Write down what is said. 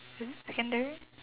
was it secondary